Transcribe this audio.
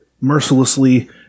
mercilessly